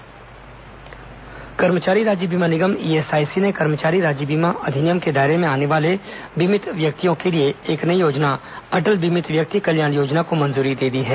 अटल बीमित व्यक्ति कल्याण योजना कर्मचारी राज्य बीमा निगम ईएसआईसी ने कर्मचारी राज्य बीमा अधिनियम के दायरे में आने वाले बीमित व्यक्तियों के लिए एक नई योजना अटल बीमित व्यक्ति कल्याण योजना को मंजूरी दे दी है